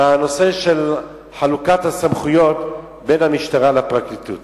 מהנושא של חלוקת הסמכויות בין המשטרה לפרקליטות.